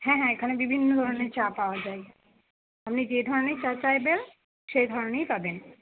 হ্যাঁ হ্যাঁ এখানে বিভিন্ন ধরনের চা পাওয়া যায় আপনি যে ধরনের চা চাইবেন সে ধরনেরই পাবেন